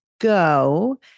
go